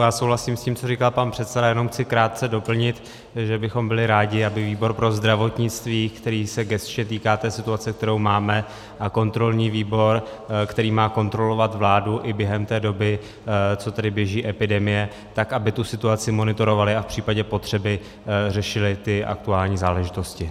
Já souhlasím s tím, co říká pan předseda, jenom chci krátce doplnit, že bychom byli rádi, aby výbor pro zdravotnictví, který se gesčně týká té situace, kterou máme, a kontrolní výbor, který má kontrolovat vládu i během té doby, kdy běží epidemie, aby tu situaci monitorovaly a v případě potřeby řešily aktuální záležitosti.